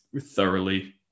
thoroughly